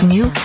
New